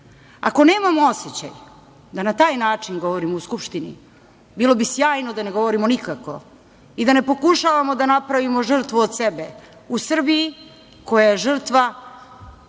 nemamo osećaj da na taj način govorimo u Skupštini, bilo bi sjajno da ne govorimo nikako i da ne pokušavamo da napravimo žrtvu od sebe u Srbiji koja je žrtva,